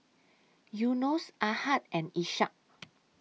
Yunos Ahad and Ishak